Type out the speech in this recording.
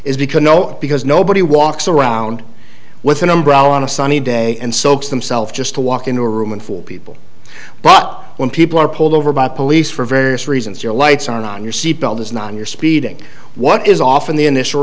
is because no because nobody walks around with an umbrella on a sunny day and soaks themself just to walk into a room for people but when people are pulled over by police for various reasons your lights are on your seatbelt is not on your speeding what is often the initial